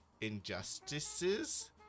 injustices